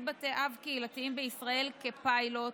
בתי משפט קהילתיים בישראל כפיילוט,